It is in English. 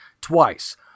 twice